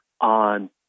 on